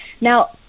Now